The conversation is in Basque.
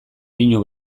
pinu